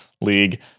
League